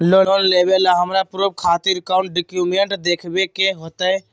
Loan लेबे ला हमरा प्रूफ खातिर कौन डॉक्यूमेंट देखबे के होतई?